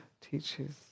teaches